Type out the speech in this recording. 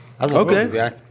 Okay